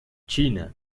china